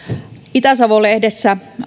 itä savo lehdessä